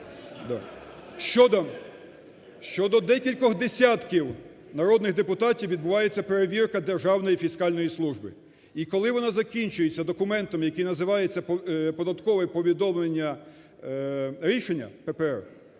Щодо декількох десятків народних депутатів відбувається перевірка Державної фіскальної служби. І коли вона закінчується документом, який називається "податкове повідомлення рішення" (ППР),